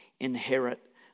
Inherit